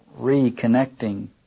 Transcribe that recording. reconnecting